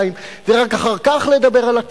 ורק אחר כך לדבר על ירושלים,